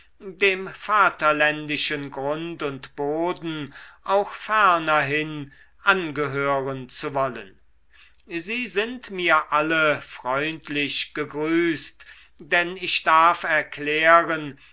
dem vaterländischen grund und boden auch fernerhin angehören zu wollen sie sind mir alle freundlich gegrüßt denn ich darf erklären